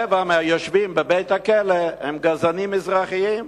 רבע מהיושבים בבית-הכלא הם גזענים מזרחים.